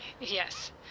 Yes